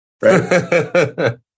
Right